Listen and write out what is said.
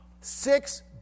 Six